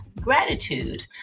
gratitude